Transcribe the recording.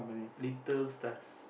little stars